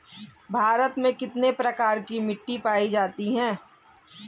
भारत में कितने प्रकार की मिट्टी पाई जाती है?